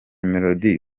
melodie